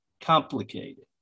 complicated